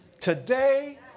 today